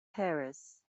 harris